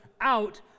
out